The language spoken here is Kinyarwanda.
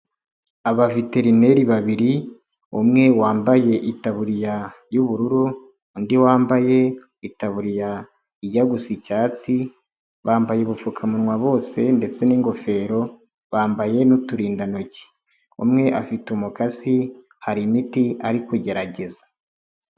Abaveterineri babiri umwe wambaye itaburiya y'ubururu undi wambaye itaburiya ijya gusa icyatsi, bambaye ubupfukamunwa bose ndetse n'ingofero, bambaye n'uturindantoki, umwe afite umukasi hari imiti ari kugerageza.